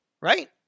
right